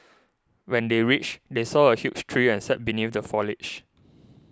when they reached they saw a huge tree and sat beneath the foliage